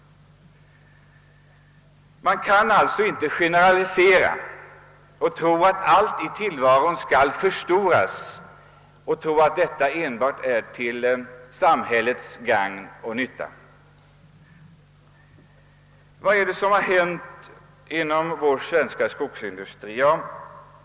Man kan alltså inte generalisera och tro att om allt i tillvaron förstoras är detta enbart till samhällets gagn. Vad är det som har hänt inom vår svenska skogsindustri?